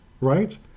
right